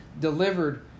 delivered